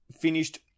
finished